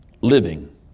living